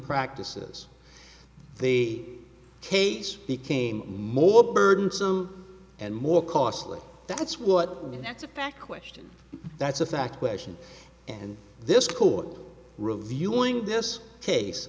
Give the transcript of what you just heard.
practices the case became more burdensome and more costly that's what and that's a fact question that's a fact question and this court reviewing this case